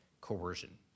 coercion